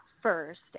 first